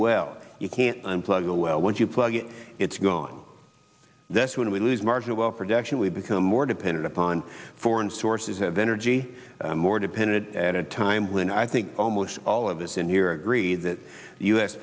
well you can't unplug the well once you plug it it's gone that's when we lose marginal production we become more dependent upon foreign sources of energy more dependent at a time when i think almost all of us in here agree that u